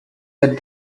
that